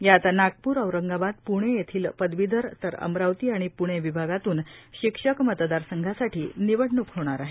यात नागपूर औरंगाबाद प्णे येथील पदवीधर तर अमरावती आणि प्णे विभागातून शिक्षण मतदारसंघासाठी निवडणुक होणार आहे